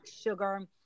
sugar